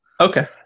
Okay